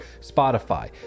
Spotify